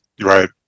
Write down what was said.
right